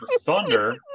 Thunder